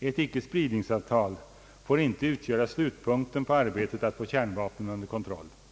Ett icke-spridningsavtal får inte utgöra slutpunkten på arbetet att få kärnvapnen under kontroll.